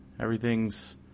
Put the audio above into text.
Everything's